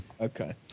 Okay